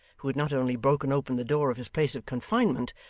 who had not only broken open the door of his place of confinement,